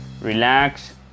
relax